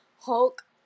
Hulk